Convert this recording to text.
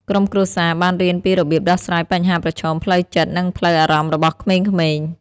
ក្រុមគ្រួសារបានរៀនពីរបៀបដោះស្រាយបញ្ហាប្រឈមផ្លូវចិត្ត និងផ្លូវអារម្មណ៍របស់ក្មេងៗ។